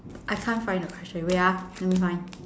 I can't find the question wait ah let me find